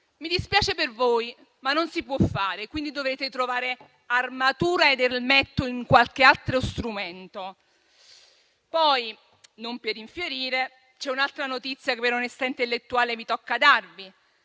di mandato, ma non si può fare, quindi dovete trovare armatura ed elmetto in qualche altro strumento. Non per infierire, ma c'è un'altra notizia che, per onestà intellettuale, mi tocca darvi.